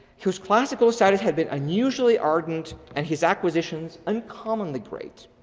whose classical studies had been unusually ardent and his acquisitions uncommonly great.